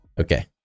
Okay